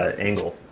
ah angle.